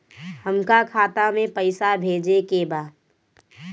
हमका खाता में पइसा भेजे के बा